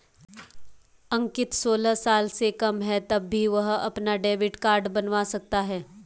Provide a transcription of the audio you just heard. अंकित सोलह साल से कम है तब भी वह अपना डेबिट कार्ड बनवा सकता है